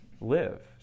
live